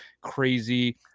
crazy